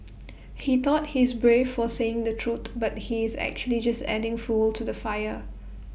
he thought he's brave for saying the truth but he's actually just adding fuel to the fire